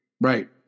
Right